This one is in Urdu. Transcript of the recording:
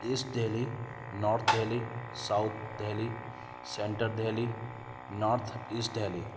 asset Delhi north Delhi south Delhi centre Delhi north east Delhi